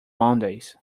mondays